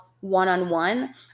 one-on-one